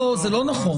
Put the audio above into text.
לא, זה לא נכון.